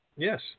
Yes